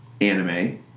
Anime